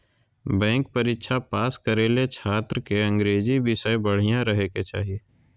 bank परीक्षा pass करे ले छात्र के अंग्रेजी विषय बढ़िया रहे के चाही